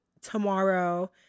tomorrow